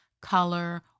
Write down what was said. color